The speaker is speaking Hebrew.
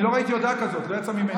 אני לא ראיתי הודעה כזאת, לא יצאה ממני.